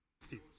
Steve